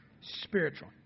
spiritual